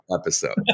episode